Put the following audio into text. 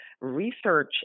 Research